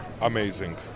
Amazing